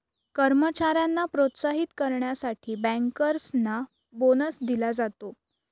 कर्मचाऱ्यांना प्रोत्साहित करण्यासाठी बँकर्सना बोनस दिला जातो